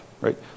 right